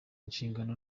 inshingano